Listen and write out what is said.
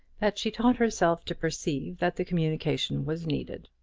that she taught herself to perceive that the communication was needed.